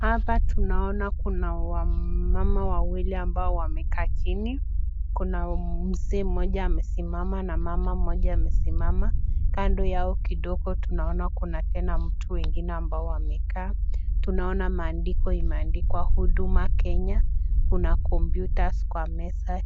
Hapa tunaona kuna wamama wawili ambao wamekaa chini. Kuna mzee mmoja amesimama na mama mmoja amesimama kando yao kidogo tunaona kuna tena mtu wengine ambao wamekaa tunaona maandiko imeandikwa huduma Kenya, kuna (computers) kwa meza